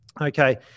Okay